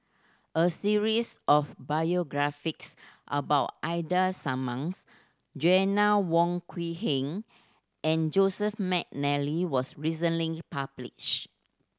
a series of biographies about Ida Simmons Joanna Wong Quee Heng and Joseph McNally was recently published